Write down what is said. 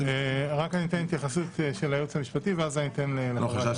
ניתן התייחסות של היועץ המשפטי של ועדת הכספים.